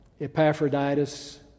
Epaphroditus